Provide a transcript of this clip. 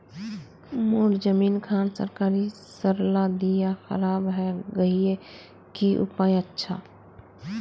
मोर जमीन खान सरकारी सरला दीया खराब है गहिये की उपाय अच्छा?